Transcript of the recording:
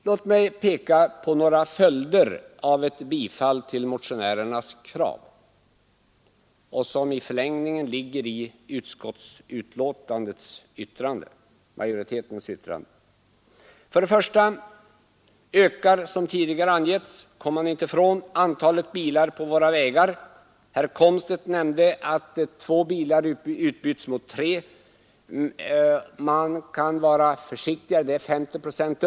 Låt mig peka på några följder av ett bifall till motionärernas krav, som i förlängningen ligger i majoritetens yttrande. Först och främst ökar, som tidigare angivits, antalet bilar på våra vägar. Det kommer man inte ifrån. Herr Komstedt nämnde att två bilar utbyts mot tre, en ökning alltså med 50 procent.